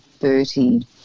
Bertie